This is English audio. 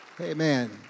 Amen